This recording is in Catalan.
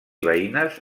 veïnes